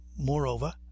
Moreover